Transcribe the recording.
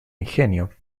ingenio